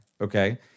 okay